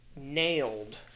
nailed